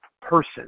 person